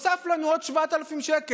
נוספים לנו עוד 7,000 שקל.